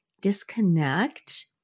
disconnect